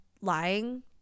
lying